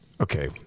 Okay